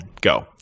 go